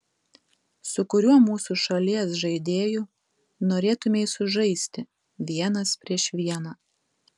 su kuriuo mūsų šalies žaidėju norėtumei sužaisti vienas prieš vieną